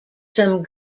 some